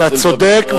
אתה צודק,